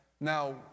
Now